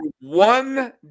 one